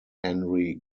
henry